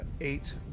eight